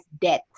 death